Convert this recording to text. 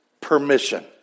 permission